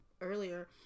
earlier